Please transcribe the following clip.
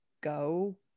go